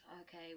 okay